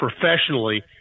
professionally